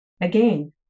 again